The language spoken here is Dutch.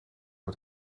het